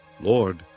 Lord